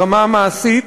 ברמה המעשית,